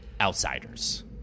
outsiders